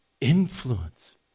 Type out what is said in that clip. influence